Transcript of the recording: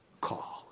call